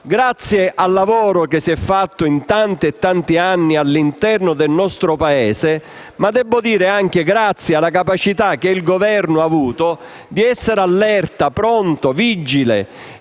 grazie al lavoro svolto in tanti e tanti anni all'interno del nostro Paese, ma debbo dire anche grazie alla capacità del Governo di essere in allerta, pronto, vigile